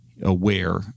aware—